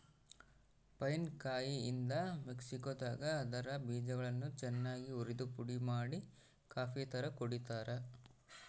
pine ಕಾಯಿಯಿಂದ ಮೆಕ್ಸಿಕೋದಾಗ ಅದರ ಬೀಜಗಳನ್ನು ಚನ್ನಾಗಿ ಉರಿದುಪುಡಿಮಾಡಿ ಕಾಫಿತರ ಕುಡಿತಾರ